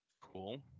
cool